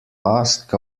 asked